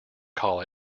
call